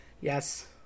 yes